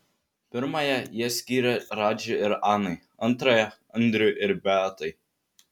pirmąją jie skyrė radži ir anai antrąją andriui ir beatai